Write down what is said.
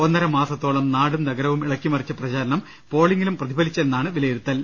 ഒന്നര മാസത്തോളം നാടും നഗരവും ഇളക്കിമറിച്ചു പ്രചാ രണം പോളിംഗിലും പ്രതിഫലിച്ചെന്നാണ് വിലയിരുത്തൽ